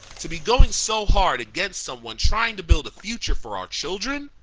to be going so hard against someone trying to build a future for our children?